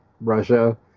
Russia